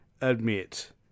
admit